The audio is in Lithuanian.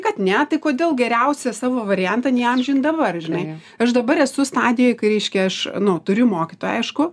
kad ne tai kodėl geriausią savo variantą neįamžint dabar žinai aš dabar esu stadijoj kai reiškia aš nu turiu mokytoją aišku